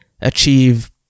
achieve